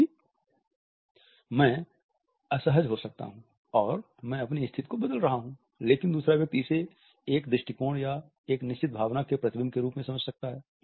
क्योंकि मैं असहज हो सकता हूं और मैं अपनी स्थिति को बदल रहा हूं लेकिन दूसरा व्यक्ति इसे एक दृष्टिकोण या एक निश्चित भावना के प्रतिबिंब के रूप में समझ सकता है